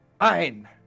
Ein